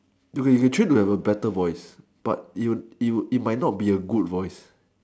okay you try to have a better voice but it might not be a good voice